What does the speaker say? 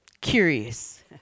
curious